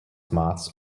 moths